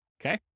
Okay